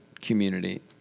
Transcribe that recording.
community